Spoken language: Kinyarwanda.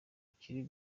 kiri